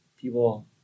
people